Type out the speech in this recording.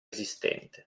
esistente